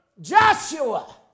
Joshua